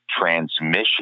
transmission